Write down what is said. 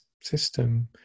system